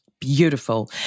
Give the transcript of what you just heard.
Beautiful